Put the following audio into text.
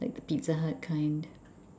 like the pizza hut kind